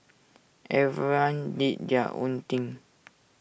everyone did their own thing